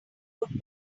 good